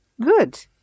Good